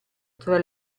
tra